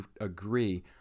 agree